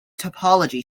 topology